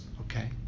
Okay